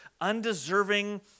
undeserving